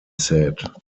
said